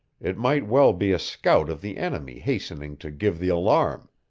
it might well be a scout of the enemy hastening to give the alarm.